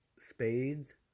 spades